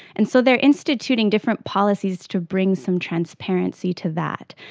and so they are instituting different policies to bring some transparency to that.